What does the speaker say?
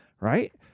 right